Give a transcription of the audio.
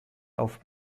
auf